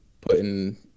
putting